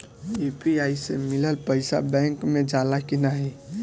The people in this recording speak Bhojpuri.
यू.पी.आई से मिलल पईसा बैंक मे जाला की नाहीं?